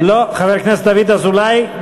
גם חבר הכנסת דוד אזולאי.